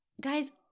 guys